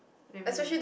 never knew